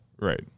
Right